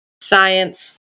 science